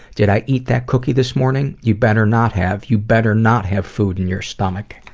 did i eat that cookie this morning? you better not have. you better not have food in your stomach.